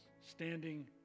standing